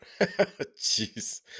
Jeez